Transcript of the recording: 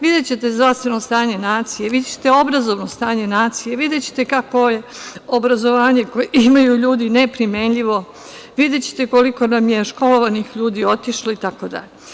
Videćete zdravstveno stanje nacije, videćete obrazovno stanje nacije, videćete kakvo je obrazovanje koje imaju ljudi neprimenljivo, videćete koliko vam je školovanih ljudi otišlo itd.